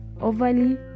overly